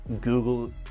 Google